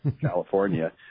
California